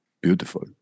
Beautiful